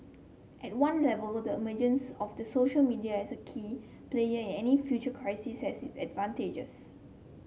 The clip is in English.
at one level the emergence of the social media as a key player in any future crisis has its advantages